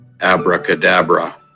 abracadabra